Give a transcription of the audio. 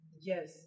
Yes